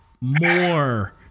more